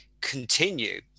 continue